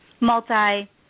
Multi